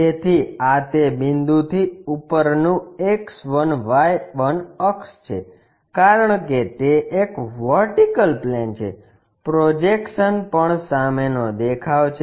તેથી આ તે બિંદુથી ઉપરનું X1Y1 અક્ષ છે કારણ કે તે એક વર્ટિકલ પ્લેન છે પ્રોજેક્શન પણ સામેનો દેખાવ છે